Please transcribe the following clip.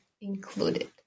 included